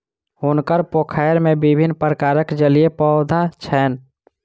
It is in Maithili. हुनकर पोखैर में विभिन्न प्रकारक जलीय पौधा छैन